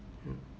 mm